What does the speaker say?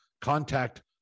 contact